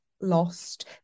lost